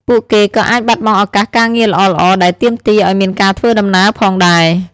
ពួកគេក៏អាចបាត់បង់ឱកាសការងារល្អៗដែលទាមទារឱ្យមានការធ្វើដំណើរផងដែរ។